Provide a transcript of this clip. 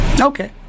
Okay